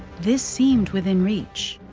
this seemed within reach.